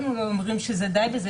אנחנו אומרים שזה דיי בזה,